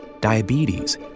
diabetes